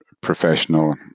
professional